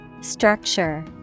Structure